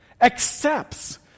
accepts